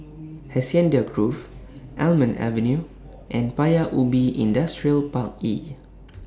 Hacienda Grove Almond Avenue and Paya Ubi Industrial Park E